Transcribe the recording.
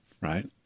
right